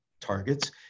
targets